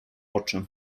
oczy